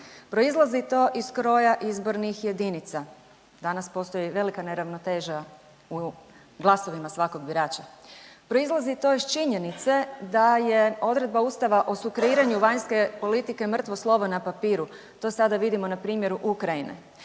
Proizlazi to iz kroja izbornih jedinica. Danas postoji velika neravnoteža u glasovima svakog birača. Proizlazi to iz činjenice da je odredba Ustava o sukreiranju vanjske politike mrtvo slovo na papiru. To sada vidimo na primjeru Ukrajine.